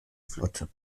flotte